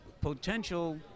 potential